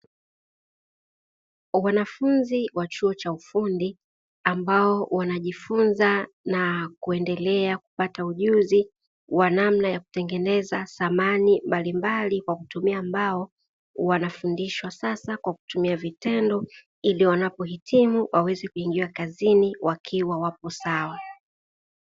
Wanafunzi wa chuo cha ufundi ambao wanajifunza na kuendelea kupata ujuzi, wa namna ya kutengeneza samani mbalimbali kwa kutumia mbao, wanafundishwa sasa kwa kutuia vitendo ili waingie kazini wakiwa wapo sawa.